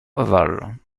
ovales